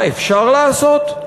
מה אפשר לעשות?